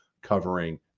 Covering